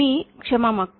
मी क्षमा मागतो